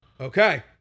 Okay